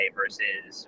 versus